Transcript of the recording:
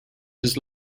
his